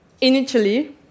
initially